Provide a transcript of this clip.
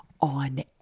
on